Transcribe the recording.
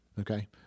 Okay